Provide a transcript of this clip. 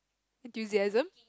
enthusiasm